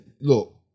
look